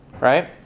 Right